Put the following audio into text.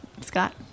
Scott